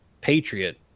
patriot